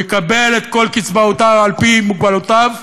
והוא יקבל את כל קצבאותיו על-פי מוגבלויותיו,